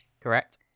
correct